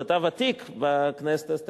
אתה ותיק בכנסת,